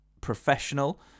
professional